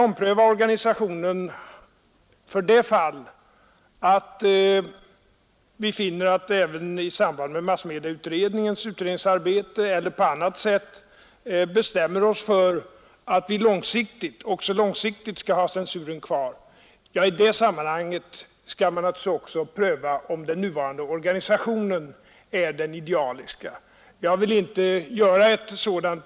Om vi i samband med massmedieutredningens arbete eller i annat sammanhang bestämmer oss för att vi också långsiktigt skall ha censuren kvar, bör vi naturligtvis också överväga om den nuvarande organisationen är den idealiska.